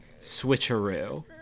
switcheroo